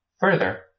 Further